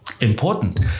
important